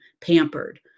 pampered